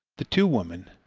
the two women,